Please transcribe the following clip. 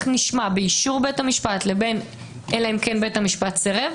באישור בית המשפט לבין אלא אם כן בית המשפט סירב,